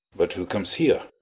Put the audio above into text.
but who comes here?